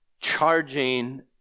charging